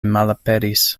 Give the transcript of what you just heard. malaperis